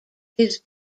his